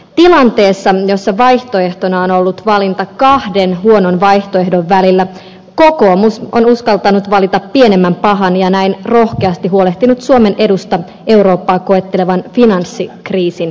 tilanteessa jossa vaihtoehtona on ollut valinta kahden huonon vaihtoehdon välillä kokoomus on uskaltanut valita pienemmän pahan ja näin rohkeasti huolehtinut suomen edusta eurooppaa koettelevan finanssikriisin keskellä